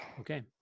Okay